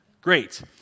Great